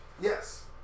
Yes